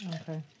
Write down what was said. Okay